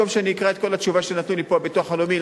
במקום שאקרא את כל התשובה שנתנו לי פה הביטוח הלאומי,